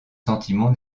sentiments